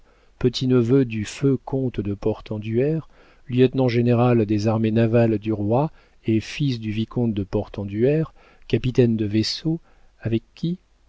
petit-neveu du feu comte de portenduère lieutenant général des armées navales du roi et fils du vicomte de portenduère capitaine de vaisseau avec qui